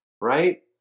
right